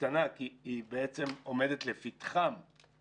קטנה כי היא בעצם עומדת לפתחם,